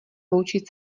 loučit